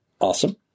Awesome